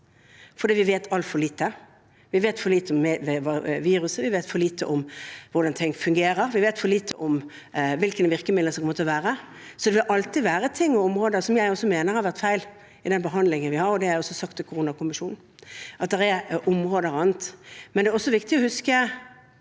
fordi vi vet altfor lite. Vi vet for lite om viruset, vi vet for lite om hvordan ting fungerer, vi vet for lite om hvilke virkemidler det kommer til å være. Det vil alltid være ting og områder som også jeg mener har vært feil i behandlingen vi har hatt, og det har jeg også sagt til koronakommisjonen, at det er områder og annet. Det er viktig å huske